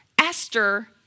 Esther